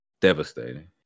Devastating